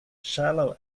shallow